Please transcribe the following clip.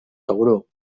tauró